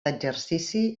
exercici